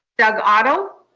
doug otto.